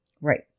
right